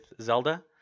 Zelda